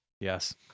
Yes